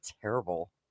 terrible